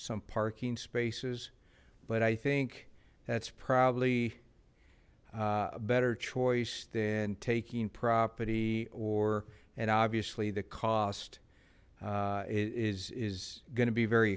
some parking spaces but i think that's probably a better choice than taking property or and obviously the cost is is going to be very